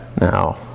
now